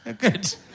Good